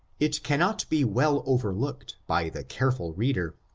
it cannot be well overlooked by the careful reader,